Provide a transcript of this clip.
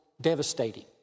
devastating